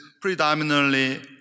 predominantly